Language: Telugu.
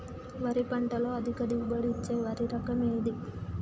వరి పంట లో అధిక దిగుబడి ఇచ్చే వరి రకం ఏది?